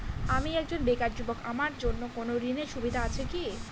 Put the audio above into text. আমি একজন বেকার যুবক আমার জন্য কোন ঋণের সুবিধা আছে কি?